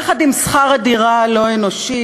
יחד עם שכר הדירה הלא-אנושי,